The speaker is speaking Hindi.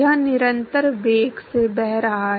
यह निरंतर वेग से बह रहा है